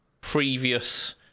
previous